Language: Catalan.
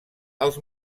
als